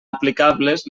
aplicables